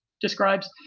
describes